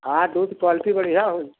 हाँ दूध क्वाल्टी बढ़िया होई